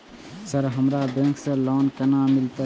Sir हमरा bank से loan केना मिलते?